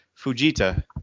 Fujita